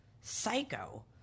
psycho